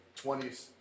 20s